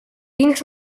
quins